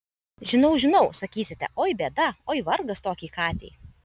žinau žinau sakysite oi bėda oi vargas tokiai katei